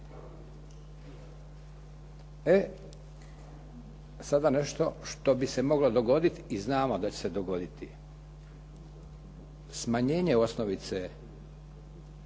E, a sada nešto što bi se moglo dogoditi i znamo da će se dogoditi. Smanjenje osnovice